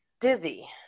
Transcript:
dizzy